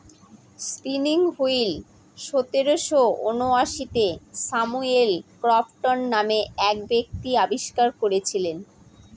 spinning wheel সতেরোশো ঊনআশিতে Samuel Crompton নামে এক ব্যক্তি আবিষ্কার করেছিলেন